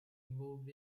involved